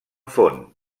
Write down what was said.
fon